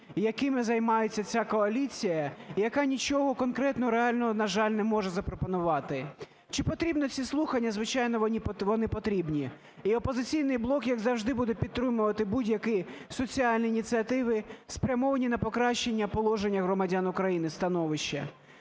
якими займається ця коаліція, яка нічого конкретного, реального, на жаль, не може запропонувати. Чи потрібні ці слухання? Звичайно, вони потрібні. І "Опозиційний блок", як завжди, буде підтримувати будь-які соціальні ініціативи, спрямовані на покращення положення громадян України, становища.